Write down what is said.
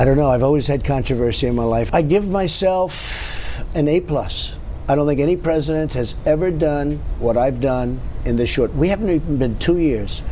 i don't know i've always had controversy in my life i give myself an a plus i don't think any president has ever done what i've done in the short we haven't even been two years